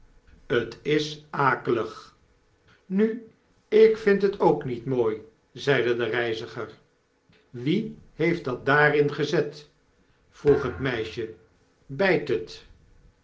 t isakelig nu ik vind het ook niet mooi zeide de reiziger wie heeft dat daarin gezet vroeg het meisje bijt het